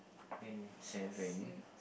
ten seven